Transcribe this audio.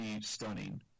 stunning